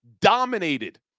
dominated